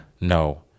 No